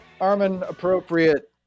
Armin-appropriate